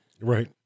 Right